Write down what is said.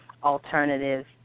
Alternative